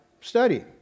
study